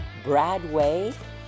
Bradway